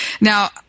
Now